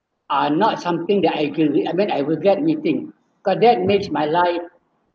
are not something that I get I mean I regret meeting cause that makes my life